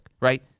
right